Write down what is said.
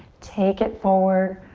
take it forward,